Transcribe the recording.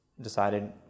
decided